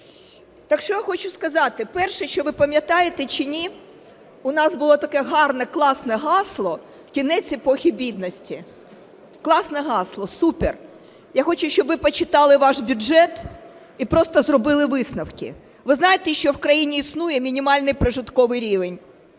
Так що я хочу сказати. Перше. Чи ви пам'ятаєте, чи ні, у нас було таке гарне, класне гасло: "Кінець епохи бідності". Класне гасло, супер! Я хочу, щоб ви почитали ваш бюджет і просто зробили висновки. Ви знаєте, що в країні існує мінімальний прожитковий рівень?